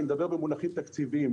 ואני מדבר במונחים תקציביים,